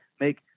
make